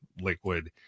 liquid